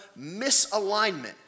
misalignment